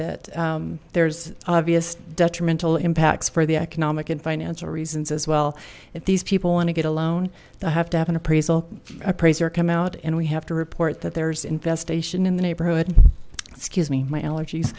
that there's obviously detrimental impacts for the economic and financial reasons as well if these people want to get a loan i have to have an appraisal appraiser come out and we have to report that there's infestation in the neighborhood excuse me my allergies